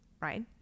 right